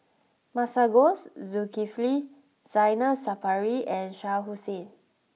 Masagos Zulkifli Zainal Sapari and Shah Hussain